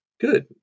Good